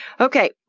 Okay